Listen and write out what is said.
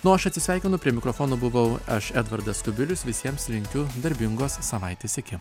nu o aš atsisveikinu prie mikrofono buvau aš edvardas kubilius visiems linkiu darbingos savaitės iki